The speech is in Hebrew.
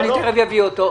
תיכף נשמע אותם.